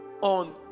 on